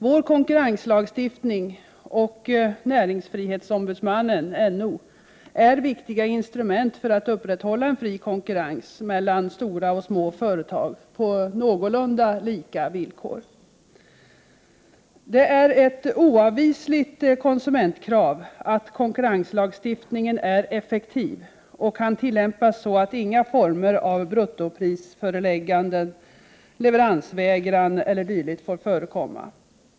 Vår konkurrenslagstiftning och näringsfrihetsombudsmannen, NO, är viktiga instrument för att upprätthålla en fri konkurrens mellan stora och små företag på någorlunda lika villkor. Det är ett oavvisligt konsumentkrav att konkurrenslagstiftningen är effektiv och kan tillämpas så att inga former av bruttoprisförelägganden, leveransvägran e.d. får förekomma.